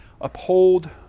uphold